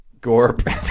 Gorp